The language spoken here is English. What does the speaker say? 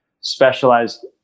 specialized